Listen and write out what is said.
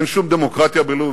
אין שום דמוקרטיה בלוב.